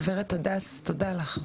דברת הדס, תודה לך.